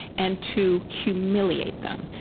and to humiliate them,